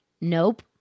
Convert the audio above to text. nope